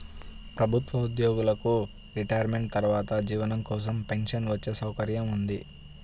ప్రభుత్వ ఉద్యోగులకు రిటైర్మెంట్ తర్వాత జీవనం కోసం పెన్షన్ వచ్చే సౌకర్యం ఉంది